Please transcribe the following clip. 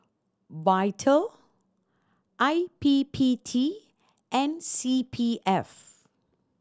Vital I P P T and C P F